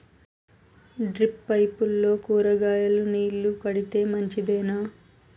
Drip పైపుల్లో కూరగాయలు నీళ్లు కడితే మంచిదేనా?